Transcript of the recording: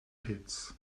pits